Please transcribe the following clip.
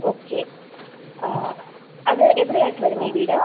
okay അത് എവിടെ ആയിട്ട് വരും ഈ വീട്